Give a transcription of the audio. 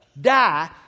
Die